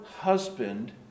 husband